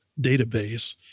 database